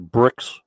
bricks